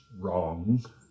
wrong